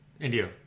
India